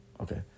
okay